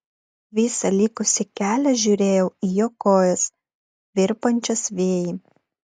visą likusį kelią žiūrėjau į jo kojas virpančias vėjy